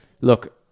look